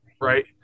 right